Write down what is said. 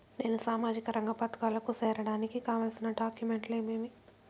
నేను సామాజిక రంగ పథకాలకు సేరడానికి కావాల్సిన డాక్యుమెంట్లు ఏమేమీ?